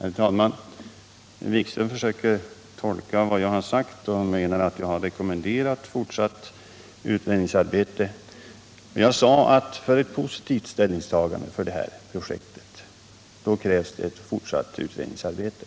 Herr talman! Jan-Erik Wikström försöker tolka vad jag har sagt och menar att jag har rekommenderat fortsatt utredningsarbete. Jag sade att för ett positivt ställningstagande för projektet krävs fortsatt utredningsarbete.